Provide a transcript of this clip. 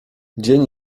dzień